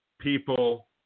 people